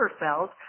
cells